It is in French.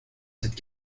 cette